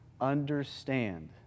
understand